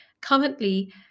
Currently